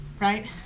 Right